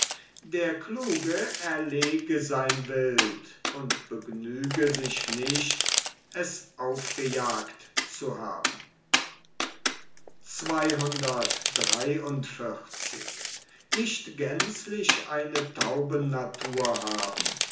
der kluge erlege sein wild und begnüge sich nicht es aufgejagt zu haben